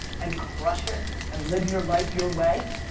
and crush it and live your life your way,